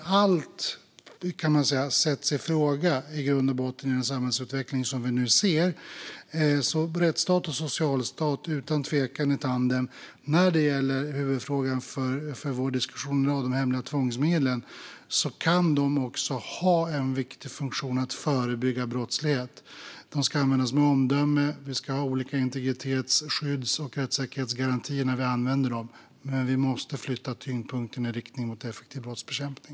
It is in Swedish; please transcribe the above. Rättsstat och socialstat behöver alltså utan tvekan köra i tandem. När det gäller hemliga tvångsmedel, som är huvudfrågan för vår diskussion i dag, kan de också ha en viktig funktion i att förebygga brottslighet. De ska användas med omdöme, och vi ska ha olika integritets-, skydds och rättssäkerhetsgarantier när vi använder dem, men vi måste flytta tyngdpunkten i riktning mot effektiv brottsbekämpning.